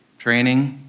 training,